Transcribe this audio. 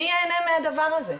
מי ייהנה מהדבר הזה?